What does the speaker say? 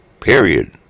Period